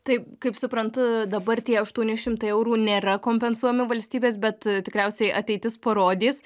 tai kaip suprantu dabar tie aštuoni šimtai eurų nėra kompensuojami valstybės bet tikriausiai ateitis parodys